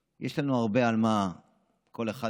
יש לנו הרבה על מה לבקש סליחה,